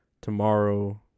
tomorrow